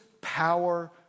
power